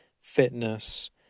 fitness